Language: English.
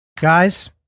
Guys